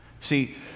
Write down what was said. See